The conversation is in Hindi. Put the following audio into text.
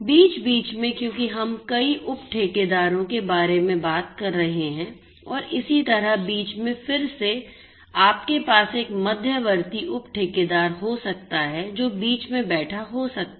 बीच बीच में क्योंकि हम कई उप ठेकेदारों के बारे में बात कर रहे हैं और इसी तरह बीच में फिर से आपके पास एक मध्यवर्ती उपठेकेदार हो सकता है जो बीच में बैठा हो सकता है